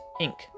Inc